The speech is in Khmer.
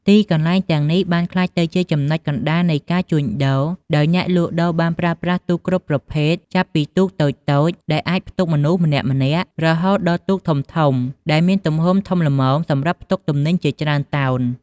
ទីកន្លែងទាំងនេះបានក្លាយទៅជាចំណុចកណ្ដាលនៃការជួញដូរ ដោយអ្នកលក់ដូរបានប្រើប្រាស់ទូកគ្រប់ប្រភេទ ចាប់ពីទូកតូចៗ ដែលអាចផ្ទុកមនុស្សម្នាក់ៗ រហូតដល់ទូកធំៗ ដែលមានទំហំធំល្មមសម្រាប់ផ្ទុកទំនិញជាច្រើនតោន។